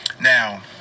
Now